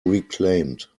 reclaimed